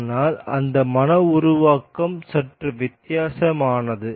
ஆனால் அந்த மன உருவாக்கம் சற்று வித்தியாசமானது